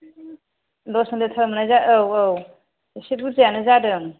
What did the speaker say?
दसजन लेटार मोननाय जा औ औ एसे बुरजायानो जादों